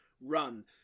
run